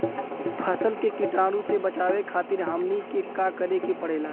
फसल के कीटाणु से बचावे खातिर हमनी के का करे के पड़ेला?